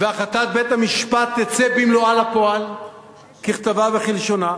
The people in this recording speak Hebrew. והחלטת בית-המשפט תצא במלואה לפועל ככתבה וכלשונה.